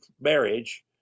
marriage